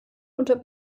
unter